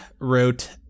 wrote